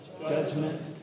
judgment